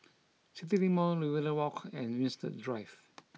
CityLink Mall Riverina Walk and Winstedt Drive